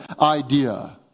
idea